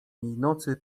nocy